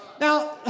Now